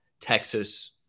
Texas